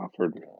offered